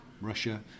Russia